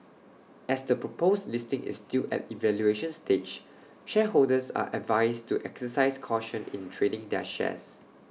as the proposed listing is still at evaluation stage shareholders are advised to exercise caution in trading their shares